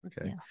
Okay